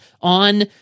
on